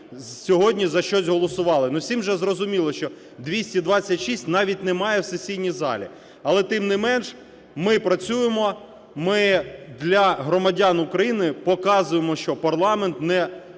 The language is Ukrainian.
сьогодні за щось голосувати? Ну, всім же зрозуміло, що 226 навіть немає в сесійній залі. Але, тим не менш, ми працюємо, ми для громадян України показуємо, що парламент не